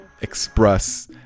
express